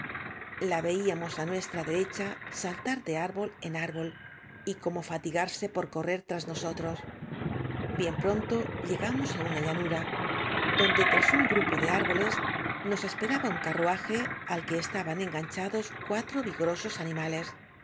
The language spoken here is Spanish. la veíamos á nuestra derecha saltar de árbol en árbol y como fatigarse por correr tras nos otros hien pronto llegamos á una llanura don de tras un grupo de árboles nos esperaba un carruaje al que estaban enganchados cuatro vigorosos anímales